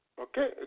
Okay